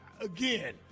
Again